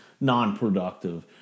non-productive